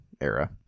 era